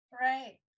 Right